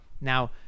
Now